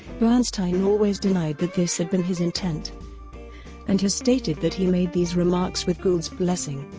bernstein always denied that this had been his intent and has stated that he made these remarks with gould's blessing.